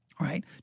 Right